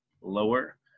lower